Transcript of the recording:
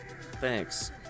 thanks